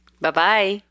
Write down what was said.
Bye-bye